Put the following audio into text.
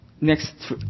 next